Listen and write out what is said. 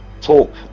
talk